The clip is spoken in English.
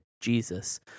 Jesus